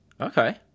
Okay